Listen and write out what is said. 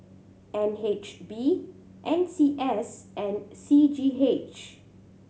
N H B N C S and C G H